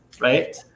right